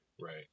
Right